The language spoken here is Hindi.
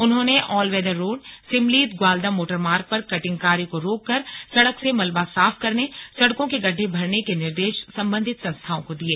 उन्होंने ऑलवेदर रोड सिमली ग्वादम मोटरमार्ग पर कटिंग कार्य को रोककर सड़क से मलबा साफ करने सड़कों के गड्ढे भरने के निर्देश संबंधित संस्थाओं को दिये